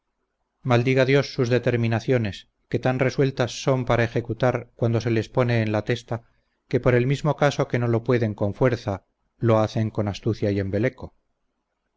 maldiga dios sus determinaciones que tan resueltas son para ejecutar cuanto se les pone en la testa que por el mismo caso que no lo pueden con fuerza lo hacen con astucia y embeleco